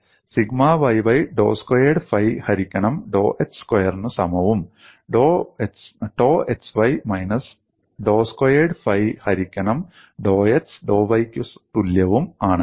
sigma yy ഡോ squared phi ഹരിക്കണം ഡോ x സ്ക്വയറിനു സമവും ടോ xy മൈനസ് ഡോ സ്ക്വയേർഡ് ഫൈ ഹരിക്കണം ഡോ x ഡോ y ക്കു തുല്യവും ആണ്